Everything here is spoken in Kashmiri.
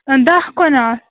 دَہ کنال